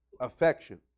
affection